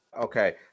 Okay